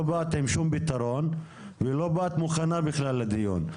לא באת עם שום פתרון ולא באת מוכנה בכלל לדיון.